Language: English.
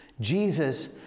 Jesus